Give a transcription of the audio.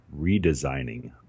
redesigning